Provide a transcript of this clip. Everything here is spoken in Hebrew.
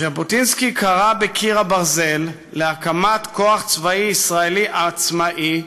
ז'בוטינסקי קרא ב"על קיר הברזל" להקמת כוח צבאי ישראלי עצמאי,